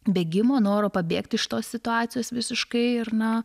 bėgimo noro pabėgti iš tos situacijos visiškai ir na